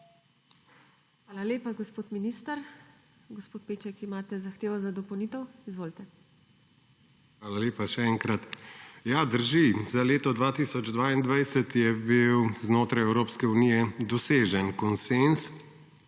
Hvala lepa, gospod minister. Gospod Peček, imate zahtevo za dopolnitev. Izvolite. IGOR PEČEK (PS LMŠ): Hvala lepa še enkrat. Ja, drži, za leto 2022 je bil znotraj Evropske unije dosežen konsenz